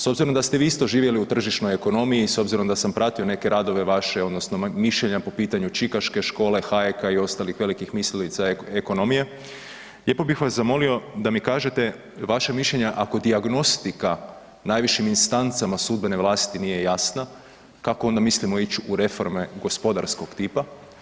S obzirom da ste vi isto živjeli u tržišnoj ekonomiji i s obzirom da sam pratio neke radove vaše odnosno mišljenja po pitanju Čikaške škole, Hayeka i ostalih velikih mislilica ekonomije, lijepo bih vas zamolio da mi kažete vaše mišljenje ako dijagnostika najvišim instancama sudbene vlasti nije jasna kako onda mislimo ić u reforme gospodarskog tipa?